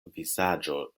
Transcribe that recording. vizaĝo